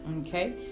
Okay